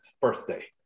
birthday